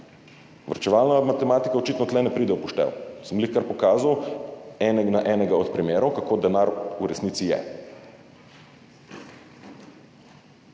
Varčevalna matematika očitno tu ne pride v poštev, sem ravnokar pokazal na enega od primerov, kako denar v resnici je.